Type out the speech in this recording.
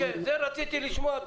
זה מה שרציתי לשמוע.